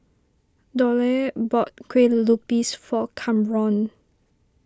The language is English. Dollye bought Kueh Lupis for Kamron